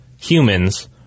humans